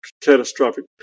catastrophic